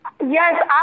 Yes